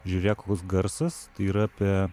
žiūrėk koks garsas tai yra apie